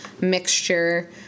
mixture